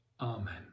amen